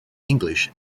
english